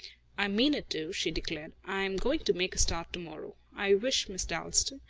i mean it to, she declared. i am going to make a start to-morrow. i wish, miss dalstan,